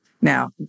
Now